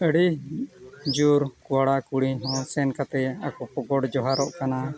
ᱟᱹᱰᱤ ᱡᱳᱨ ᱠᱚᱲᱟᱼᱠᱩᱲᱤ ᱦᱚᱸ ᱥᱮᱱ ᱠᱟᱛᱮᱫ ᱟᱠᱚ ᱠᱚ ᱜᱚᱰ ᱡᱚᱦᱟᱨᱚᱜ ᱠᱟᱱᱟ